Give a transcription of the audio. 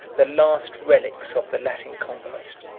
the last relics of the latin conquest.